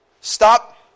stop